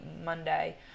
Monday